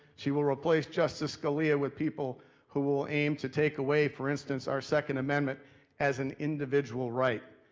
she will replace justice scalia with people who will aim to take away for instance our second amendment as an individual right.